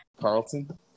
Carlton